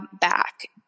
back